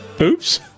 Oops